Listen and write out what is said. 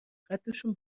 قدشون